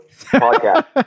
podcast